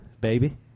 baby